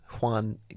Juan